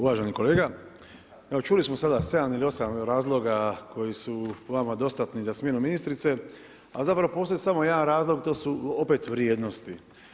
Uvaženi kolega, čuli smo sada 7 ili 8 razloga, koji su vama dostatni za smjenu ministrice, a zapravo postoji samo jedan razlog to su opet vrijednosti.